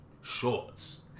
shorts